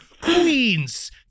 Queens